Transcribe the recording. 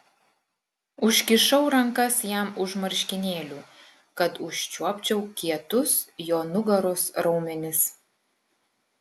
užkišau rankas jam už marškinėlių kad užčiuopčiau kietus jo nugaros raumenis